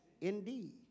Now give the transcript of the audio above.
indeed